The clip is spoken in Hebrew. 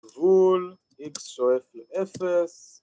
גבול x שואף לאפס